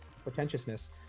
pretentiousness